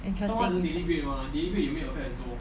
interesting